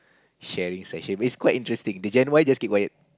sharing session it's quite interesting the Gen-Y just keep quiet